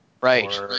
right